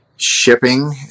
shipping